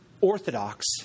orthodox